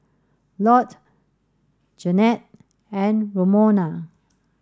Lott Janette and Romona